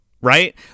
right